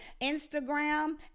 Instagram